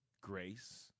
grace